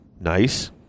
Nice